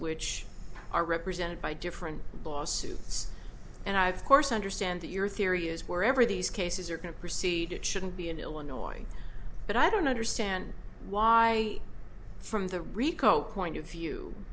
which are represented by different lawsuits and i've course understand that your theory is wherever these cases are going to proceed it shouldn't be in illinois but i don't understand why from the rico point of view